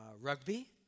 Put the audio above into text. rugby